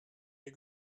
les